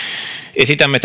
esitämme